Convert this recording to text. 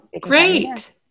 Great